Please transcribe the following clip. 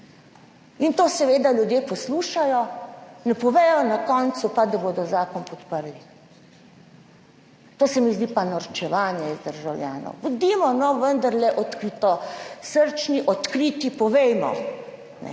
in to seveda ljudje poslušajo, na koncu pa ne povedo, da bodo zakon podprli. To se mi zdi pa norčevanje iz državljanov. Bodimo vendarle odkritosrčni, odkriti, povejmo,